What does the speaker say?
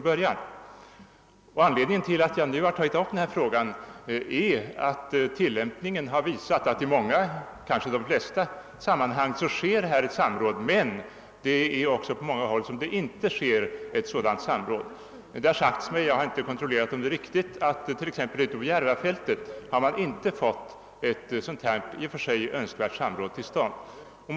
I många fall, kanske de flesta, förekommer samråd, men på många håll fö rekommer det inte något samråd, och det är anledningen till att jag nu har tagit upp frågan. Det har sagts mig — jag har inte kontrollerat uppgiften — att när det gäller Järvafältet ett sådant i och för sig önskvärt samråd inte har kommit till stånd.